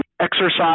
exercise